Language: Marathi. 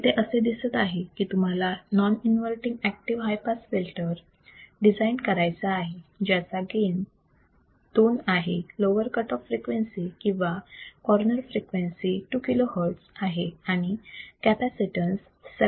इथे असे दिसत आहे की तुम्हाला non inverting active high pass filter design करायचा आहे ज्याचा गेन 2 आहे लोवर कट ऑफ फ्रिक्वेन्सी किंवा कॉर्नर फ्रिक्वेन्सी 2 kilo Hz आहे आणि कॅपॅसितन्स 79